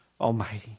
Almighty